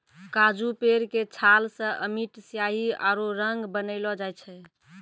काजू पेड़ के छाल सॅ अमिट स्याही आरो रंग बनैलो जाय छै